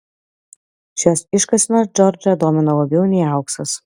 šios iškasenos džordžą domino labiau nei auksas